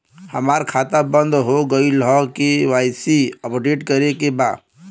हमार खाता बंद हो गईल ह के.वाइ.सी अपडेट करे के बा?